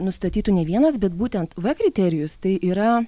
nustatytų ne vienas bet būtent v kriterijus tai yra